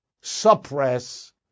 suppress